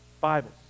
Bibles